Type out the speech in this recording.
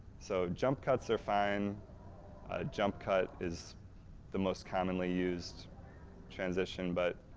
so, jump cuts are fine. a jump cut is the most commonly-used transition, but